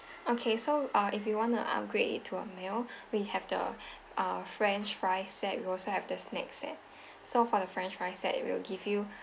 okay so uh if you want to upgrade it to a meal we have the uh french fries set we also have the snacks set so for the french fries set it will give you